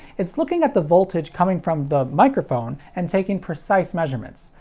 it's looking at the voltage coming from the microphone, and taking precise measurements.